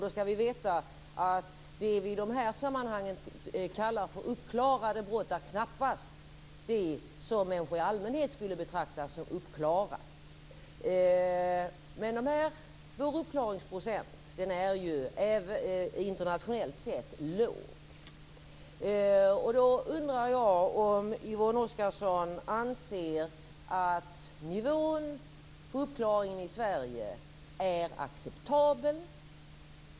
Då ska vi veta att det vi i dessa sammanhang kallar för uppklarade brott knappast är det människor i allmänhet skulle betrakta som uppklarat. Vår uppklaringsprocent är internationellt sett låg. Då undrar jag först om Yvonne Oscarsson anser att nivån på uppklaringen i Sverige är acceptabel.